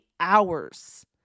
hours